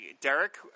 Derek